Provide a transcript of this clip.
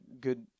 good